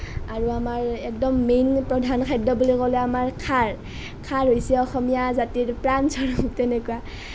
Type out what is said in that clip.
আৰু আমাৰ একদম মেইন প্ৰধান খাদ্য বুলি ক'লে আমাৰ খাৰ খাৰ হৈছে অসমীয়া জাতিৰ প্ৰাণ স্বৰূপ তেনেকুৱা